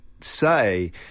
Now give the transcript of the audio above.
say